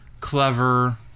clever